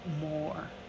more